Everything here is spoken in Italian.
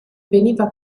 veniva